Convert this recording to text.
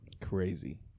crazy